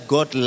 God